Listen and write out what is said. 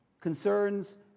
concerns